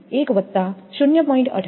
તેથી તે 12